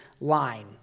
line